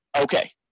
Okay